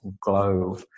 glow